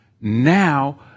now